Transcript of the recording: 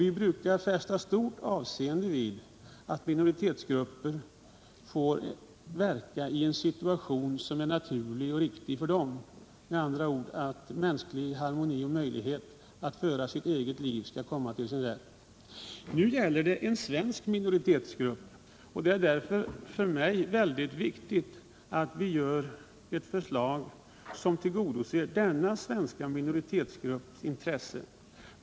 Vi brukar fästa stort avseende vid att minoritetsgrupper får verka i en situation som är naturlig och riktig för dem — med andra ord att mänsklig harmoni skall råda och att människor skall ha möjlighet att leva sitt eget liv. Nu gäller det en svensk minoritetsgrupp, och det är för mig väldigt viktigt att vi fattar ett beslut som tillgodoser denna svenska minoritetsgrupps intressen.